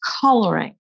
coloring